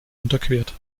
unterquert